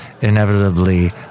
inevitably